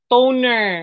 Toner